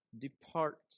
depart